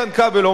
איתן כבל,